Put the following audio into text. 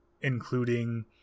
including